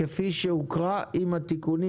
כפי שהוקרא עם התיקונים,